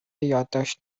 یادداشت